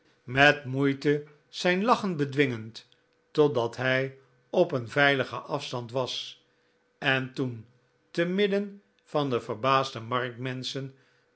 met moeite zijn lachen bedwingend totdat hij op een veiligen afstand was en toen te midden van de verbaasde